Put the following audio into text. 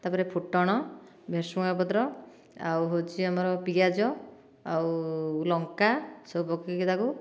ତାପରେ ଫୁଟଣ ଭୃଷୁଙ୍ଗ ପତ୍ର ଆଉ ହେଉଛି ଆମର ପିଆଜ ଆଉ ଲଙ୍କା ସବୁ ପକେଇକି ତାକୁ